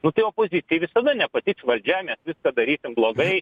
nu tai opozicijai visada nepatiks valdžia mes viską darysim blogai